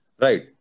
Right